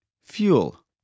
Fuel